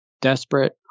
desperate